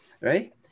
right